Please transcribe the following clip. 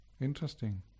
Interesting